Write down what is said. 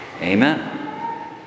Amen